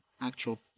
actual